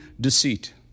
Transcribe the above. deceit